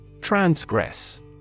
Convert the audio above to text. Transgress